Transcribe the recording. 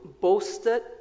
boasted